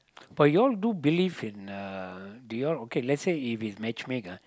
but y'all do believe in uh do you all okay let's say if is matchmake lah